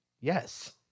Yes